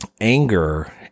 anger